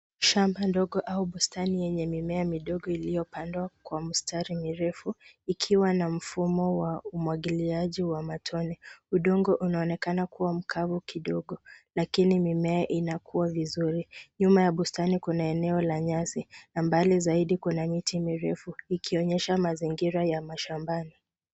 Shamba ndogo au bustani yenye mimea midogo iliyopandwa kwa mistari mirefu ikiwa na mfumo wa umwagiliaji wa matone. Udongo unaonekana kuwa mkavu kidogo lakini mimea inakua vizuri. Nyuma ya bustani kuna eneo la nyasi na mbali zaidi kuna miti mirefu ikionyesha mazingira ya mashambani.